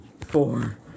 four